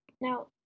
now